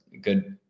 good